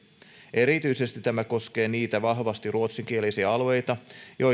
erityisesti tämä koskee niitä vahvasti ruotsinkielisiä alueita